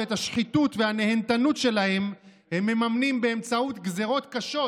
שאת השחיתות והנהנתנות שלהם הם מממנים באמצעות גזרות קשות